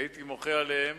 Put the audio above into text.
הייתי מוחה עליהם